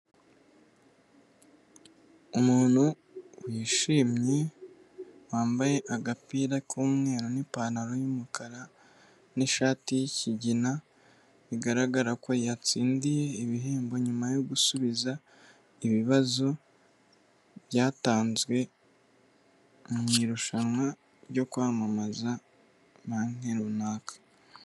Umuntu wishimye wambaye agapira k'umweru n'ipantaro y'umukara n'ishati y'ikigina, bigaragara ko yatsindiye ibihembo nyuma yo gusubiza ibibazo byatanzwe mu irushanwa ryo kwamamaza banki runaka.